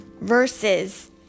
verses